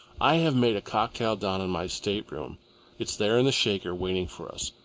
i have made a cocktail down in my stateroom it's there in the shaker waiting for us,